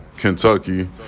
Kentucky